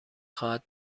خواهد